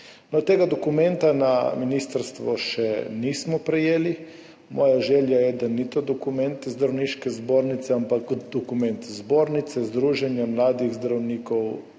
Tega dokumenta na ministrstvu še nismo prejeli. Moja želja je, da to ni dokument Zdravniške zbornice, ampak dokument zbornice, združenja mladih zdravnikov,